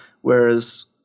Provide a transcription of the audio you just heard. whereas